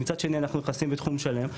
ומצד שני אנחנו נכנסים בתחום שלם,